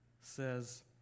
says